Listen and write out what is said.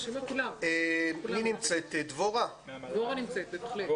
דבורה נמצאת.